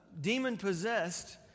demon-possessed